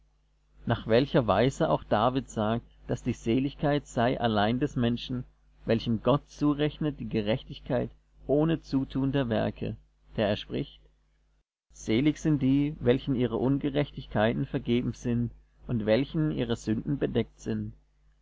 nach welcher weise auch david sagt daß die seligkeit sei allein des menschen welchem gott zurechnet die gerechtigkeit ohne zutun der werke da er spricht selig sind die welchen ihre ungerechtigkeiten vergeben sind und welchen ihre sünden bedeckt sind